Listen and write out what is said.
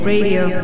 Radio